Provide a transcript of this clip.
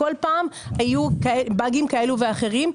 כל פעם היו באגים כאלה ואחרים,